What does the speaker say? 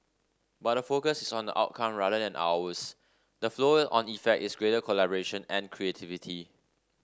but the focus is on outcome rather than hours the flow on effect is greater collaboration and creativity